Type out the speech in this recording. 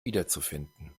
wiederzufinden